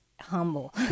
humble